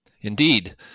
Indeed